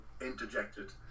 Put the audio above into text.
interjected